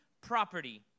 property